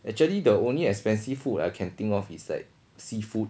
actually the only expensive food I can think of is like seafood